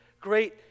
great